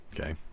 Okay